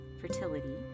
fertility